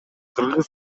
кыргыз